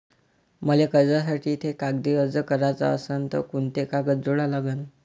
मले कर्जासाठी थे कागदी अर्ज कराचा असन तर कुंते कागद जोडा लागन?